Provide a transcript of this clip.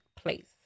place